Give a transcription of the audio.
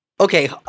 Okay